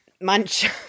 munch